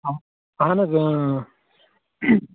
آ اَہَن حظ اۭں